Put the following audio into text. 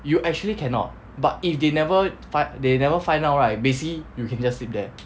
you actually cannot but if they never fi~ they never find out right basically you can just sleep there